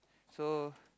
so